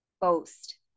boast